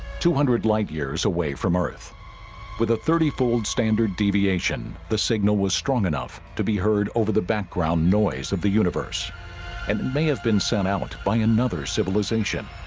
two hundred like light-years away from earth with a thirty fold standard deviation the signal was strong enough to be heard over the background noise of the universe and may have been sent out by another civilization